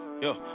yo